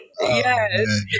Yes